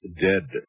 dead